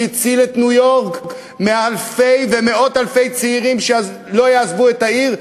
שהציל את ניו-יורק מהאפשרות שאלפי ומאות-אלפי צעירים יעזבו את העיר,